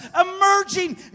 emerging